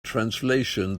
translation